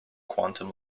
quantum